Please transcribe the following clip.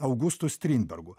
augustu strindbergu